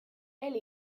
elle